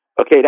Okay